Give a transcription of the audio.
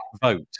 vote